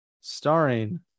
starring